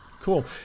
Cool